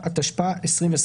התשפ"א-2021.